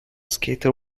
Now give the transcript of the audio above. scheckter